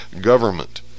government